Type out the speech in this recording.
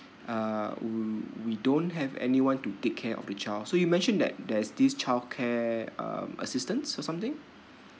uh we don't have anyone to take care of the child so you mentioned that there's this childcare um assistance or something